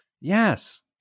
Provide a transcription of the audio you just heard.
Yes